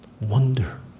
wonder